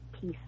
peace